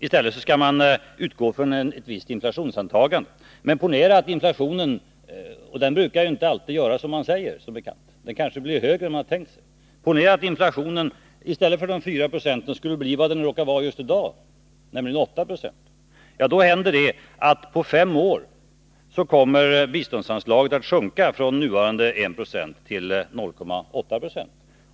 I stället skall man utgå från ett visst inflationsantagande. Men ponera att inflationen — och den brukar inte alltid bli det man säger utan kanske högre än man har tänkt sig — i stället för 4 90 skulle bli vad den råkar vara just i dag, nämligen 8 20! Då händer det att biståndsanslaget på fem år kommer att sjunka från nuvarande 1 9; till 0,8 96.